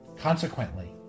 Consequently